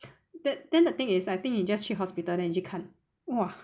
but then the thing is I think you just 去 hospital then 你去看哇